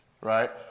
right